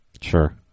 Sure